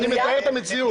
אני מתאר את המציאות.